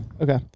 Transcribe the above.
Okay